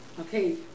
Okay